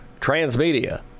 Transmedia